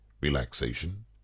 relaxation